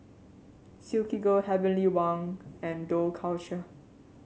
Silkygirl Heavenly Wang and Dough Culture